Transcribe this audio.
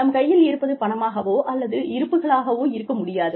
நம் கையில் இருப்பது பணமாகவோ அல்லது இருப்புகளாகவோ இருக்க முடியாது